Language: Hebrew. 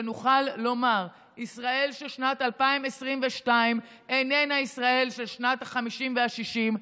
שנוכל לומר: ישראל של שנת 2022 איננה ישראל של שנות החמישים והשישים.